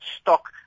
stock